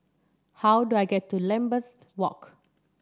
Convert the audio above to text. how do I get to Lambeth Walk